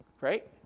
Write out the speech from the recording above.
Right